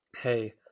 hey